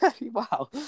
Wow